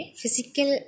physical